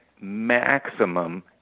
maximum